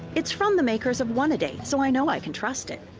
its from the makers of one-a-day, so i know i can trust it.